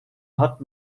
hat